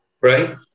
right